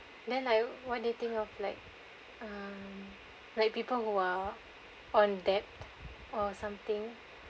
then I wo~ what do you think of like(um)like people who are on debtor something